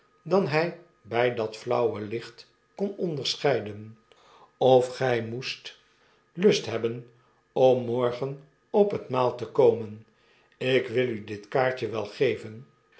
dan hy bj dat flauwe licht kon onderscheiden ofgy moest lust hebben om morgen op het maal te komen ik wil u dit kaartje wel geven